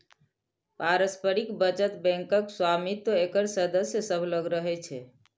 पारस्परिक बचत बैंकक स्वामित्व एकर सदस्य सभ लग रहै छै